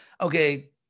Okay